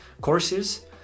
courses